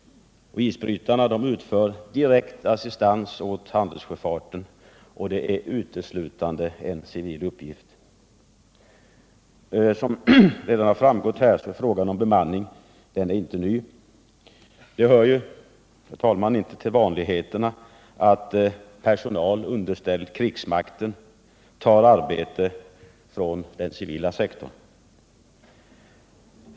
Isbrytarna utför direkt assistans åt handelssjöfarten, och det är uteslutande en civil uppgift. Som redan framhållits är frågan om bemanningen inte ny. Det hör, herr talman, inte till vanligheten att personal underställd krigsmakten tar arbete från den civila sektorn.